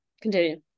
Continue